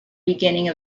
beginning